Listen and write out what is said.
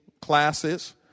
classes